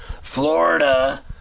Florida